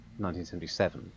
1977